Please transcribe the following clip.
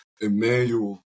Emmanuel